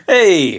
Hey